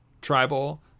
tribal